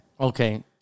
Okay